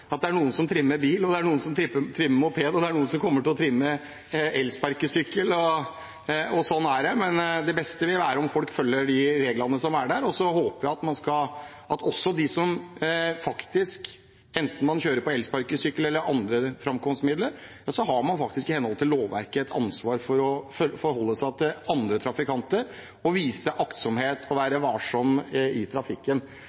at det er noen som trimmer bil, det er noen som trimmer moped, og det er noen som kommer til å trimme elsparkesykkel. Sånn er det. Men det beste vil være om folk følger de reglene som er der. Jeg håper også at de som kjører – enten det er på elsparkesykkel eller man bruker andre framkomstmidler – tar det ansvaret de i henhold til lovverket har for å forholde seg til andre trafikanter og vise aktsomhet